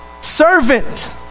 Servant